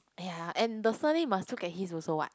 ya and the surname must look at his also what